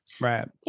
Right